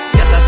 Yes